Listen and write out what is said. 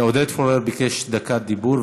עודד פורר ביקש דקת דיבור.